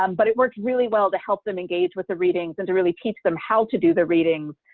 um but it worked really well to help them engage with the readings and to really teach them how to do the reading,